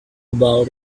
about